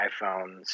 iPhones